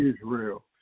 Israel